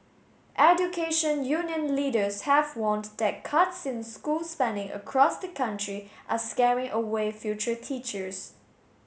education union leaders have warned that cuts in school spending across the country are scaring away future teachers